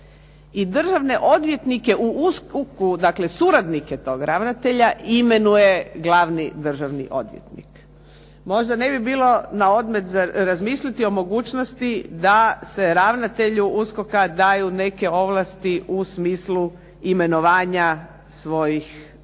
državne odvjetnike u USKOK-u, dakle suradnike tog ravnatelja imenuje glavni državni odvjetnik. Možda ne bi bilo naodmet za razmisliti o mogućnosti da se ravnatelju USKOK-a daju neke ovlasti u smislu imenovanja svojih suradnika